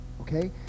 Okay